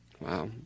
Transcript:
Wow